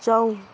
जाऊ